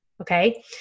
Okay